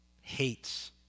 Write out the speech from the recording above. hates